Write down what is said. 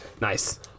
Nice